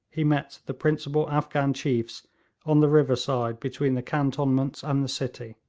he met the principal afghan chiefs on the river side between the cantonments and the city.